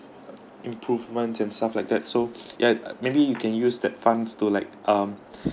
improvements and stuff like that so yeah maybe you can use that funds to like um